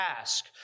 ask